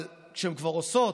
אבל כשהן כבר עושות,